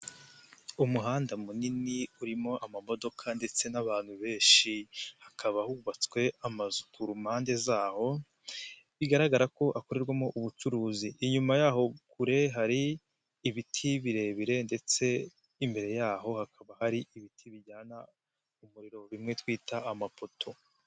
Umuhanda munini urimo amamodoka ndetse n'abantu benshi, hakaba hubatswe amazu kum mpande zaho, bigaragara ko akorerwamo ubucuruzi. Inyuma yaho kure hari ibiti birebire, ndetse imbere yaho hakaba hari ibiti bijyana umuriro bimwe twita amapoto.